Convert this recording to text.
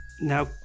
now